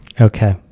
Okay